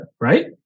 right